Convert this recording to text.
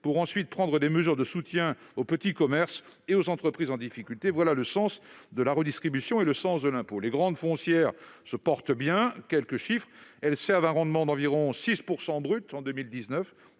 pour ensuite prendre des mesures de soutien aux petits commerces et aux entreprises en difficulté. Voilà le sens de la redistribution et le sens de l'impôt ! Les grandes foncières se portent bien. Pour vous donner quelques chiffres, elles ont servi un rendement d'environ 6 % brut sur